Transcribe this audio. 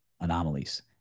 anomalies